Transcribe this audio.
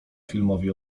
filmowi